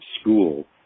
school